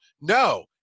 No